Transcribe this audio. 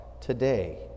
today